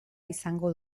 izango